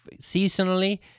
seasonally